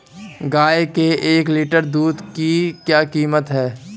गाय के एक लीटर दूध की क्या कीमत है?